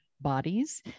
bodies